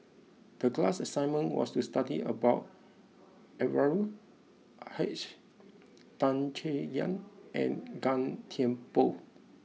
the class assignment was to study about Anwarul Haque Tan Chay Yan and Gan Thiam Poh